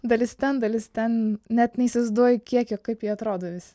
dalis ten dalis ten net neįsivaizduoju kiek jų kaip jie atrodo visi